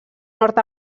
nord